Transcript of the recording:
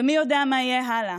ומי יודע מה יהיה הלאה.